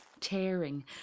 tearing